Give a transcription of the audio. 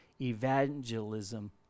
evangelism